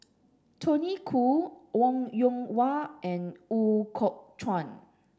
Tony Khoo Wong Yoon Wah and Ooi Kok Chuen